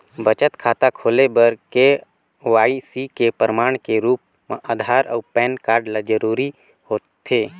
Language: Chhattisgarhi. बचत खाता खोले बर के.वाइ.सी के प्रमाण के रूप म आधार अऊ पैन कार्ड ल जरूरी होथे